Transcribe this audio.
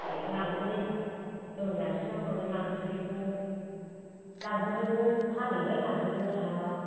माखासे लांजोबै औ जासिना हरो लांजोबैखौ लांजोबैखौ फानैबाय लांजोबनो हायाब्ला